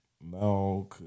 No